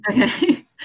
Okay